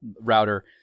router